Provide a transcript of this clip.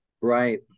Right